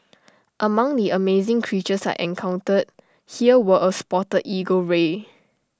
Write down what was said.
among the amazing creatures I encountered here were A spotted eagle ray